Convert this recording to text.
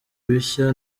bishya